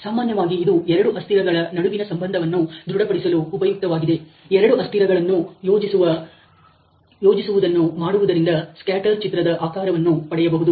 ಸಾಮಾನ್ಯವಾಗಿ ಇದು ಎರಡು ಅಸ್ಥಿರಗಳ ನಡುವಿನ ಸಂಬಂಧವನ್ನು ದೃಢಪಡಿಸಲು ಉಪಯುಕ್ತವಾಗಿದೆ ಎರಡು ಅಸ್ಥಿರಗಳ ಅನ್ನು ಯೋಜಿಸುವ ಮಾಡುವುದರಿಂದ ಸ್ಕ್ಯಾಟರ್ ಚಿತ್ರದ ಆಕಾರವನ್ನು ಪಡೆಯಬಹುದು